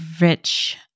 rich